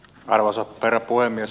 arvoisa herra puhemies